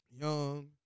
young